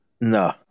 No